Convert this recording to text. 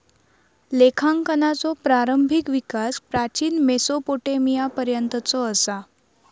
लेखांकनाचो प्रारंभिक विकास प्राचीन मेसोपोटेमियापर्यंतचो असा